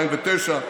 2009,